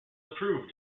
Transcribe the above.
approved